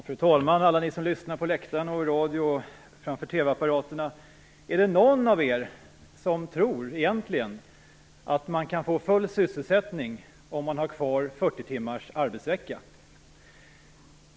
Fru talman! Alla ni som lyssnar på läktaren, i radio och framför TV-apparaterna! Är det någon av er som egentligen tror att man kan få full sysselsättning om man har kvar 40 timmars arbetsvecka?